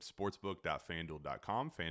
sportsbook.fanduel.com